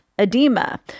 edema